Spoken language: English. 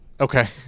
okay